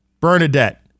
Bernadette